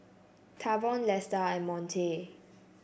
Tavon Lesta and Monte